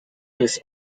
his